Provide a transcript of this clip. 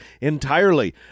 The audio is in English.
entirely